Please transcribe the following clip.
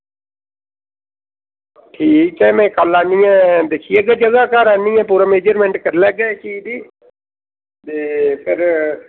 ठीक ऐ में कल्ल आह्नियै दिक्खी लैगा जगह घर आह्नियै पूरा मेजरमेंट करी लैगे भी बी ते फिर